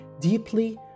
deeply